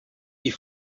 you